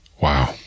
Wow